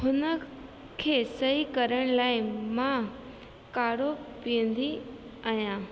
हुनखे सही करण लाइ मां काढ़ो पीअंदी आहियां